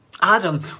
Adam